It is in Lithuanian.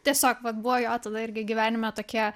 tiesiog vat buvo jo tada irgi gyvenime tokie